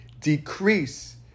decrease